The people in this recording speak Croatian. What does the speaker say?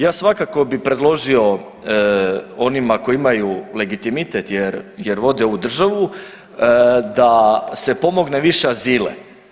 Ja svakako bi predložio onima koji imaju legitimitet jer vode ovu državu da se pomogne više azile.